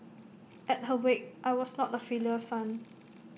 at her wake I was not A filial son